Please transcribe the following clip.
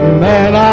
man